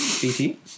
BT